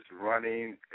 running